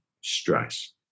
stress